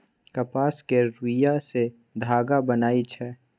कपास केर रूइया सँ धागा बनइ छै